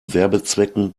werbezwecken